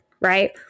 right